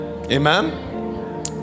amen